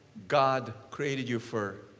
god created you for